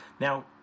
Now